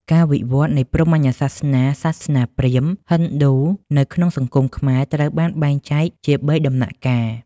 ការវិវឌ្ឍន៍នៃព្រហ្មញ្ញសាសនា សាសនាព្រាហ្មណ៍–ហិណ្ឌូ នៅក្នុងសង្គមខ្មែរត្រូវបានបែងចែកជាបីដំណាក់កាល។